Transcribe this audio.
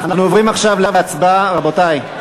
אנחנו עוברים עכשיו להצבעה, רבותי,